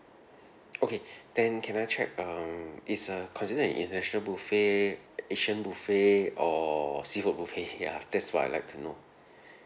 okay then can I check um it's uh considered an international buffet asian buffet or seafood buffet ya that's what I'd like to know